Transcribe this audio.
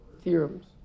Theorems